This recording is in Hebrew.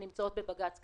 שנמצאות בבג"ץ.